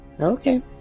okay